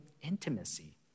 intimacy